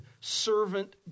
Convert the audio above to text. servant